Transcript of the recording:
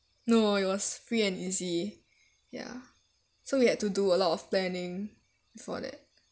no it was free and easy ya so we had to do a lot of planning before that